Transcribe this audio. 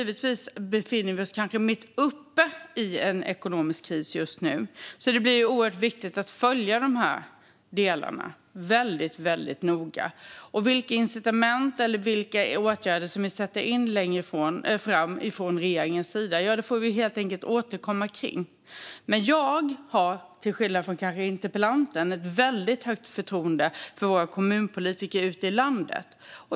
Vi befinner oss mitt uppe i en ekonomisk kris just nu, så det är givetvis oerhört viktigt att följa de här delarna väldigt noga. Vilka incitament eller vilka åtgärder vi sätter in längre fram från regeringens sida får vi helt enkelt återkomma till. Jag har, kanske till skillnad från interpellanten, ett väldigt högt förtroende för våra kommunpolitiker ute i landet.